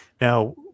Now